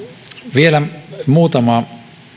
vielä muutama